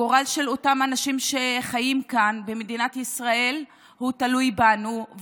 הגורל של אותם אנשים שחיים כאן במדינת ישראל תלוי בנו,